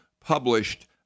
published